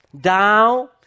down